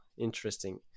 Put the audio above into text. interesting